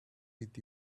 with